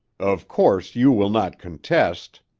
of course, you will not contest